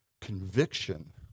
conviction